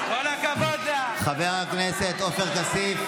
חבר הכנסת עופר כסיף.